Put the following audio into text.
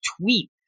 tweet